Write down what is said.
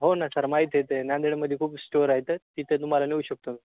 हो ना सर माहीत आहे ते नांदेडमध्ये खूप स्टोर आहेत तिथे तुम्हाला नेऊ शकतो